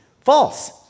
False